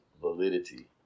validity